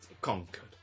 Conquered